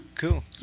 Cool